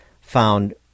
found